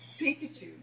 Pikachu